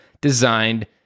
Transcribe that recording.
designed